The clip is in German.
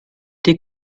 die